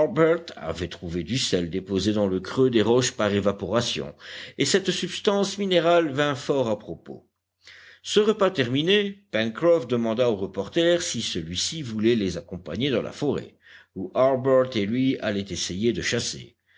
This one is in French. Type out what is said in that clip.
avait trouvé du sel déposé dans le creux des roches par évaporation et cette substance minérale vint fort à propos ce repas terminé pencroff demanda au reporter si celui-ci voulait les accompagner dans la forêt où harbert et lui allaient essayer de chasser